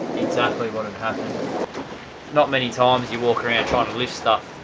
exactly what had happened not many times you walk around trying to lift stuff